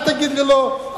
אל תגיד לי לא.